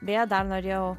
beje dar norėjau